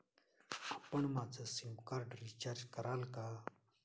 आपण माझं SIM card recharge कराल का?